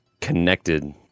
connected